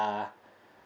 uh